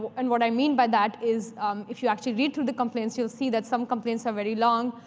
and what i mean by that is if you actually read through the complaints, you'll see that some complaints are very long.